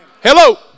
Hello